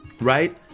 Right